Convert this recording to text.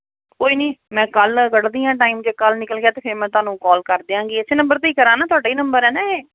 ਕੋਈ ਨਹੀਂ ਮੈਂ ਕੱਲ੍ਹ ਕੱਢਦੀ ਹਾਂ ਟਾਈਮ ਜੇ ਕੱਲ੍ਹ ਨਿਕਲ ਗਿਆ ਤਾਂ ਫਿਰ ਮੈਂ ਤੁਹਾਨੂੰ ਕਾਲ ਕਰ ਦਿਆਂਗੀ ਇਸ ਨੰਬਰ 'ਤੇ ਹੀ ਕਰਾਂ ਨਾ ਤੁਹਾਡਾ ਹੀ ਨੰਬਰ ਹੈ ਨਾ ਇਹ